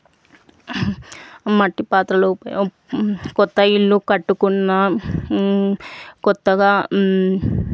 మట్టి పాత్రలు క్రొత్త ఇల్లు కట్టుకున్న క్రొత్తగా